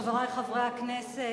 חברי חברי הכנסת,